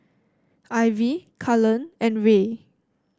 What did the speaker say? Ivey Cullen and Rae